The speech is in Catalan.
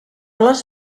les